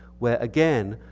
where again,